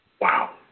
Wow